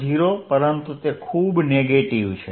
v0 પરંતુ તે ખૂબ નેગેટીવ છે